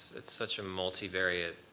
it's such a multivariate